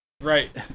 right